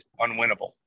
unwinnable